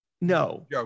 no